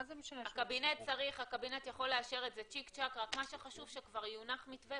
הקבינט יכול לאשר את זה צ'יק-צ'ק רק מה שחשוב שכבר יונח מתווה,